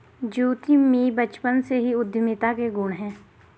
ज्योति में बचपन से ही उद्यमिता के गुण है